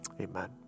Amen